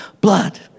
blood